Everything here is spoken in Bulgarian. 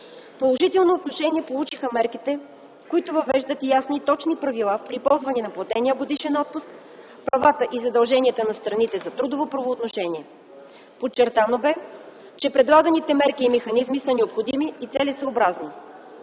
Положително отношение получиха мерките, които въвеждат ясни и точни правила при ползването на платения годишен отпуск, правата и задълженията на страните по трудовото правоотношение. Подчертано бе, че предлаганите мерки и механизми са необходими и целесъобразни.